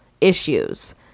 issues